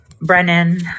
Brennan